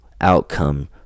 outcome